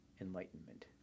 enlightenment